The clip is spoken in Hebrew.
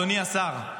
אדוני השר,